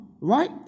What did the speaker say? right